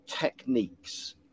techniques